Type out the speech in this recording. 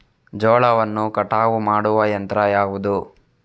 ಜೋಳವನ್ನು ಕಟಾವು ಮಾಡುವ ಯಂತ್ರ ಯಾವುದು?